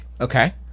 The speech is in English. Okay